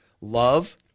Love